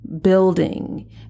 building